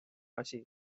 asi